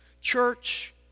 Church